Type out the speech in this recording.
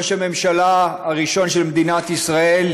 ראש הממשלה הראשון של מדינת ישראל,